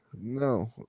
No